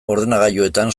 ordenagailuetan